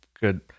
good